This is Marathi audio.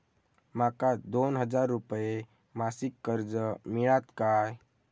माका दोन हजार रुपये मासिक कर्ज मिळात काय?